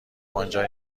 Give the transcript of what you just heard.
آنجا